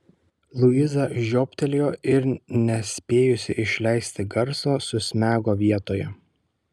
luiza žiobtelėjo ir nespėjusi išleisti garso susmego vietoje